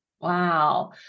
Wow